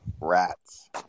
Rats